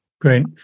great